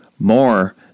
more